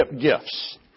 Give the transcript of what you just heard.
gifts